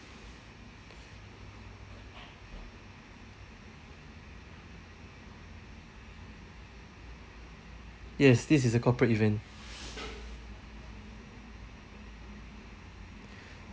yes this is a corporate event